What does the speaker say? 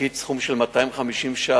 תפקיד סכום של 250 שקלים,